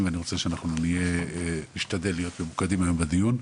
ואני רוצה שנשתדל להיות ממוקדים היום בדיון.